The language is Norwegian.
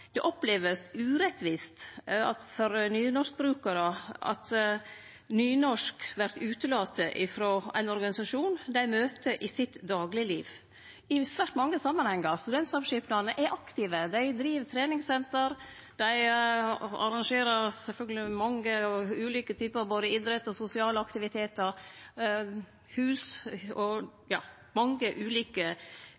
vert opplevd urettvist for nynorskbrukarar at nynorsk vert utelate frå ein organisasjon dei møter i dagleglivet i svært mange samanhengar. Studentsamskipnadene er aktive – dei driv treningssenter, dei arrangerer mange ulike typar idrettsaktivitetar og sosiale aktivitetar.